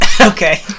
Okay